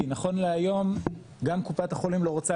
כי נכון להיום גם קופת החולים לא רוצה